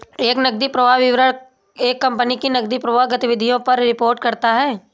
एक नकदी प्रवाह विवरण एक कंपनी की नकदी प्रवाह गतिविधियों पर रिपोर्ट करता हैं